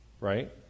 Right